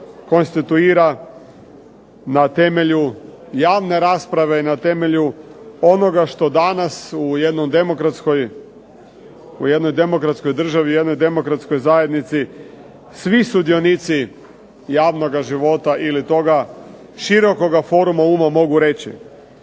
konstituira na temelju javne rasprave i na temelju onoga što danas u jednoj demokratskoj državi, u jednoj demokratskoj zajednici svi sudionici javnoga života ili toga širokoga foruma uma mogu reći.